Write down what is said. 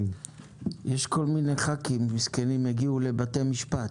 יש כל מיני חברי כנסת מסכנים שהגיעו לבתי משפט.